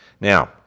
Now